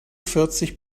vierzig